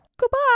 goodbye